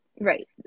Right